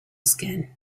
skin